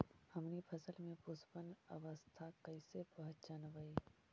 हमनी फसल में पुष्पन अवस्था कईसे पहचनबई?